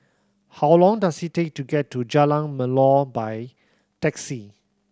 how long does it take to get to Jalan Melor by taxi